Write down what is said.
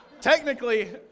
Technically